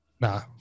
Nah